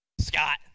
Scott